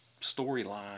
storyline